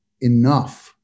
enough